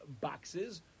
boxes